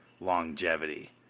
longevity